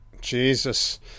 jesus